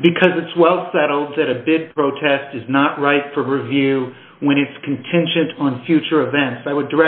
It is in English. because it's well settled that a big protest is not right for her view when it's contingent on future events i would